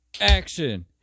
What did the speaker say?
action